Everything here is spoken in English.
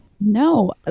No